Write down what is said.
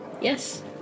Yes